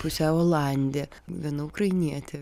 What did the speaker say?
pusiau olandė viena ukrainietė